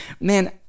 man